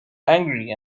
angry